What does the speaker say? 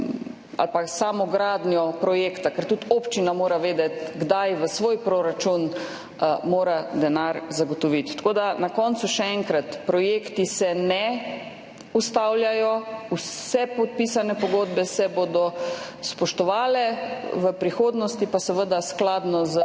ali pa samo gradnjo projekta, ker tudi občina mora vedeti, kdaj mora v svojem proračunu zagotoviti denar. Na koncu še enkrat, projekti se ne ustavljajo, vse podpisane pogodbe se bodo spoštovale, v prihodnosti pa seveda skladno s proračunskimi